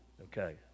Okay